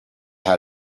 how